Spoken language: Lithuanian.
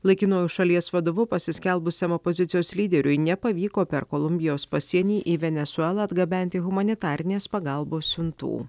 laikinuoju šalies vadovu pasiskelbusiam opozicijos lyderiui nepavyko per kolumbijos pasienį į venesuelą atgabenti humanitarinės pagalbos siuntų